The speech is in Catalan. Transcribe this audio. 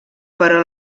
però